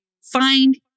find